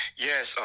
Yes